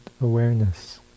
awareness